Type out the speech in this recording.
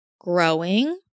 growing